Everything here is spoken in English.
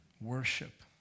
Worship